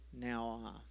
Now